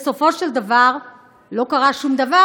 בסופו של דבר לא קרה שום דבר,